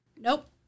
Nope